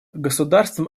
государствам